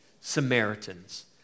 Samaritans